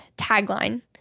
tagline